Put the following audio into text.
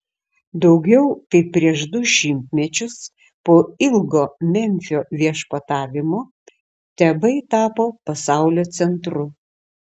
daugiau kaip prieš du šimtmečius po ilgo memfio viešpatavimo tebai tapo pasaulio centru